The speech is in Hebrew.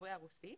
דוברי הרוסית,